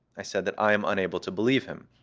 i said that i am unable to believe him.